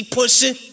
pushing